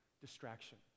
Distraction